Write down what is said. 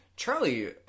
Charlie